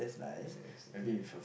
uh I think